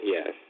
Yes